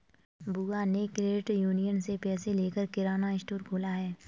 बुआ ने credit union से पैसे लेकर किराना स्टोर खोला है